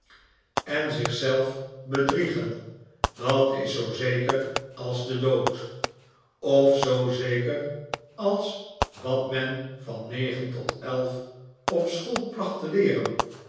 en zich zelf bedriegen dat is zoo zeker als de dood of zoo zeker als wat men van negen tot elf uur op school placht te leeren